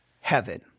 heaven